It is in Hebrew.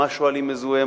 מה שואלים מזוהה,